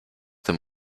dem